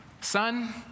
Son